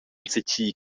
enzatgi